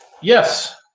Yes